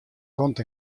kant